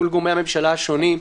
מול גורמי הממשלה השונים.